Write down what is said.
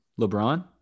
LeBron